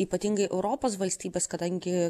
ypatingai europos valstybės kadangi